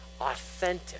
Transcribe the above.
authentic